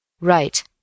Right